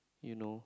you know